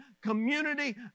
community